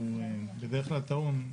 שהוא בדרך טעון,